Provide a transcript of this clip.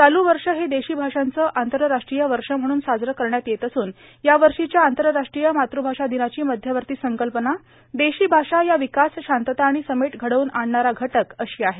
चालू वर्ष हे देशी भाषांचं आंतरराष्ट्रीय वर्ष म्हणून साजरं करण्यात येत असून या वर्षीच्या आंतरराष्ट्रीय मातृभाषा दिनाची मध्यवर्ती संकल्पना देशी भाषा या विकास शांतता आणि समेट घडवून आणणारा घटक अशी आहे